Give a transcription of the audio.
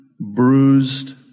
bruised